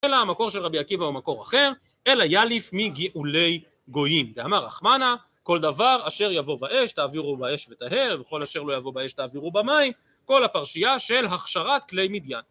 אלא המקור של רבי עקיבא הוא מקור אחר אלא יליף מגאולי גויים דהמה רחמנה כל דבר אשר יבוא באש תעבירו באש וטהר וכל אשר לא יבוא באש תעבירו במים כל הפרשייה של הכשרת כלי מדיין